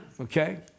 okay